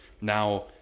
Now